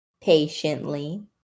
patiently